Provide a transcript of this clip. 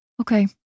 Okay